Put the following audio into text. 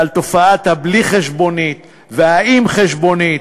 על תופעת ה"בלי חשבונית" וה"עם חשבונית",